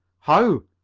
how?